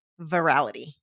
virality